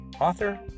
author